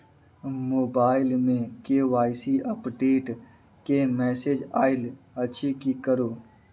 Mobile मे KYC update केँ message आइल अछि की करू?